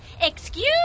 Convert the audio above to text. excuse